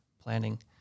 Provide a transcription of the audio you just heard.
planning